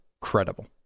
credible